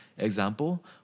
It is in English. example